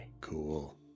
Cool